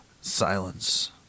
Silence